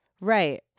Right